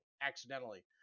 accidentally